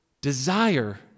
desire